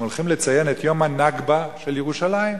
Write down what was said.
שהם הולכים לציין את יום הנכבה של ירושלים.